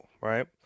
right